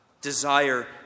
desire